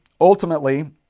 ultimately